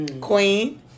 Queen